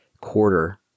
quarter